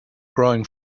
growing